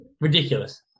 Ridiculous